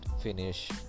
finish